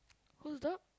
whose dog